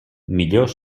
millor